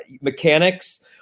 mechanics